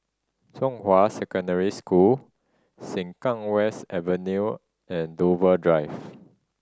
Zhonghua Secondary School Sengkang West Avenue and Dover Drive